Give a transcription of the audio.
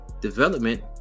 development